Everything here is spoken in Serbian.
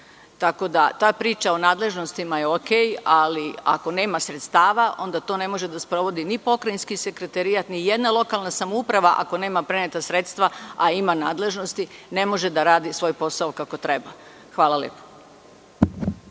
Tako da ta priča o nadležnostima je u redu, ali ako nema sredstava, onda to ne može da sprovodi ni pokrajinski sekretarijat, ni jedna lokalna samouprava. Ako nema preneta sredstva, a ima nadležnosti ne može da radi svoj posao kako treba. Hvala.